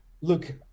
Look